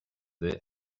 this